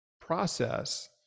process